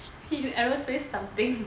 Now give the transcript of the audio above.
he in aerospace something